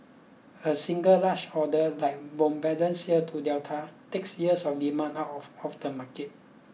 a single large order like Bombardier's sale to Delta takes years of demand out of of the market